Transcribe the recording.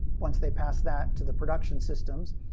once they pass that to the production systems,